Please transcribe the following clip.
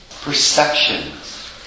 perceptions